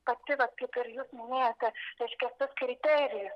pati vat kaip ir jūs minėjote reiškia tas kriterijus